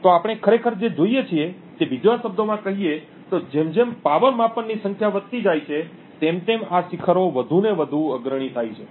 તો આપણે ખરેખર જે જોઈએ છીએ તે બીજા શબ્દોમાં કહીએ તો જેમ જેમ પાવર માપનની સંખ્યા વધતી જાય છે તેમ તેમ આ શિખરો વધુ ને વધુ અગ્રણી થાય છે